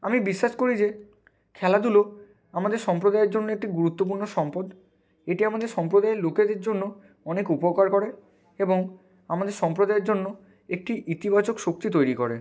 আমি বিশ্বাস করি যে খেলাধুলো আমাদের সম্প্রদায়ের জন্য একটি গুরুত্বপূর্ণ সম্পদ এটি আমাদের সম্প্রদায়ের লোকেদের জন্য অনেক উপকার করে এবং আমাদের সম্প্রদায়ের জন্য একটি ইতিবাচক শক্তি তৈরি করে